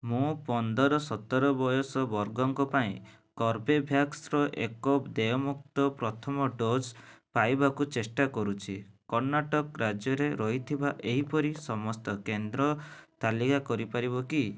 ମୁଁ ପନ୍ଦର ସତର ବୟସ ବର୍ଗଙ୍କ ପାଇଁ କର୍ବେଭ୍ୟାକ୍ସର ଏକ ଦେୟମୁକ୍ତ ପ୍ରଥମ ଡୋଜ୍ ପାଇବାକୁ ଚେଷ୍ଟା କରୁଛି କର୍ଣ୍ଣାଟକ ରାଜ୍ୟରେ ରହିଥିବା ଏହିପରି ସମସ୍ତ କେନ୍ଦ୍ର ତାଲିକା କରିପାରିବ କି